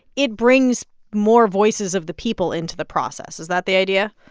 it brings more voices of the people into the process. is that the idea?